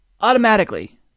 automatically